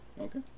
Okay